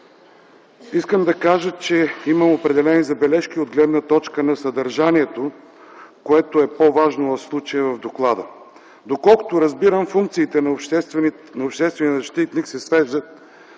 Искам да кажа, че има определени забележки от гледна точка на съдържанието в доклада, което в случая е по-важно. Доколкото разбирам, функциите на обществения защитник се свеждат